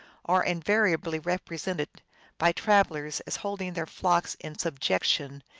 are invariably represented by travelers as holding their flock in subjection,